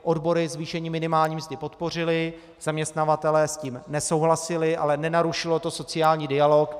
Odbory zvýšení minimální mzdy podpořily, zaměstnavatelé s tím nesouhlasili, ale nenarušilo to sociální dialog.